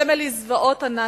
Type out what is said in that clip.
סמל לזוועות הנאצים.